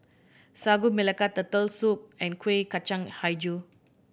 Sagu Melaka Turtle Soup and Kuih Kacang Hijau